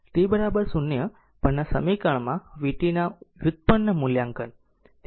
t 0 પરના સમીકરણમાં vtના વ્યુત્પન્ન મૂલ્યાંકન